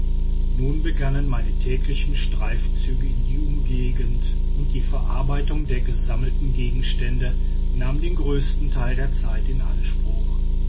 nun begannen meine täglichen streifzüge in die umgegend und die verarbeitung der gesammelten gegenstände nahm den größten teil der zeit in anspruch